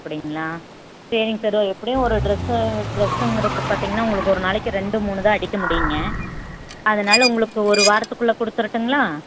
அப்படிங்ளா சரிங்க சார் ஓ எப்படியும் ஒரு டிரெஸ்ஸு டிரெஸ்ஸுங்கிறப்போ பார்த்தீங்கன்னா உங்களுக்கு ஒரு நாளைக்கு ரெண்டு மூணு தான் அடிக்க முடியும்ங்க அதனால் உங்களுக்கு ஒரு வாரத்துக்குள்ளே கொடுத்துரட்டுங்களா